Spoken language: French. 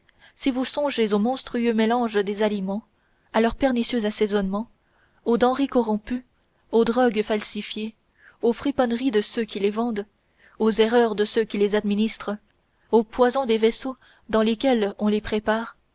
si vous songez aux monstrueux mélanges des aliments à leurs pernicieux assaisonnements aux denrées corrompues aux drogues falsifiées aux friponneries de ceux qui les vendent aux erreurs de ceux qui les administrent au poison des vaisseaux dans lesquels on les prépare